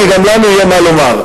כי גם לנו יהיה מה לומר.